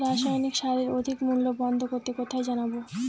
রাসায়নিক সারের অধিক মূল্য বন্ধ করতে কোথায় জানাবো?